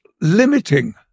limiting